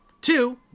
Two